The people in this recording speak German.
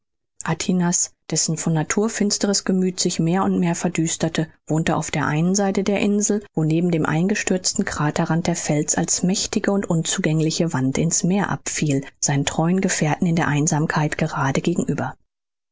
dessen von natur finsteres gemüth sich mehr und mehr verdüsterte wohnte auf der einen seite der insel wo neben dem eingestürzten kraterrand der fels als mächtige und unzugängliche wand ins meer abfiel seinen treuen gefährten in der einsamkeit gerade gegenüber